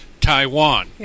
Taiwan